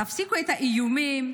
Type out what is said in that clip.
תפסיקו את האיומים,